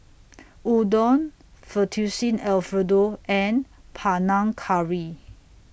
Udon Fettuccine Alfredo and Panang Curry